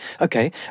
Okay